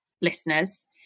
listeners